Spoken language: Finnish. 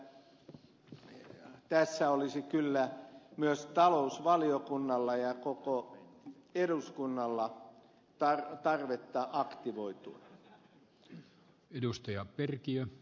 uskon että tässä olisi kyllä myös talousvaliokunnalla ja koko eduskunnalla tarvetta aktivoitua